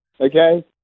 Okay